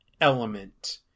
element